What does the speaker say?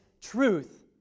truth